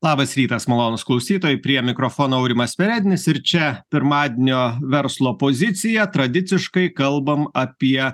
labas rytas malonūs klausytojai prie mikrofono aurimas perednis ir čia pirmadienio verslo pozicija tradiciškai kalbam apie